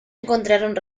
encontraron